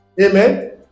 Amen